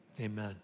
amen